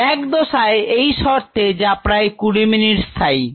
lag দশায় এই শর্তে যা প্রায় 20 মিনিট স্থায়ী